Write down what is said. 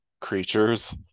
creatures